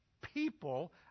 people